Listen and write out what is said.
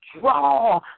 draw